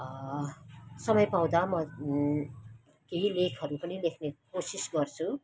समय पाउँदा म केही लेखहरू पनि लेख्ने कोसिस गर्छु